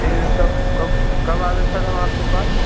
यह कब कब कब आ रहे हैं सर हम आपके पास